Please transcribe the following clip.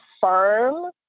firm